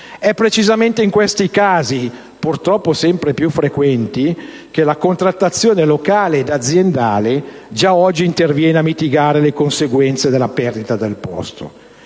È precisamente in questi casi, purtroppo sempre più frequenti, che la contrattazione locale ed aziendale già oggi interviene a mitigare le conseguenze della perdita del posto,